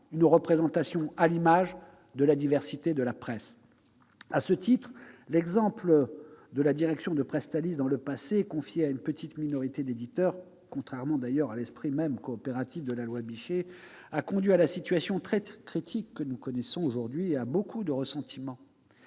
une représentation à l'image de la diversité de la presse. À cet égard, l'exemple de la direction de Presstalis dans le passé, confiée à une petite minorité d'éditeurs, contrairement d'ailleurs à l'esprit coopératif de la loi Bichet, a conduit à la situation très critique que nous connaissons aujourd'hui et a suscité beaucoup de ressentiment.